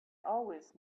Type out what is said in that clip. always